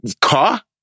Car